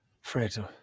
Fred